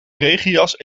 regenjas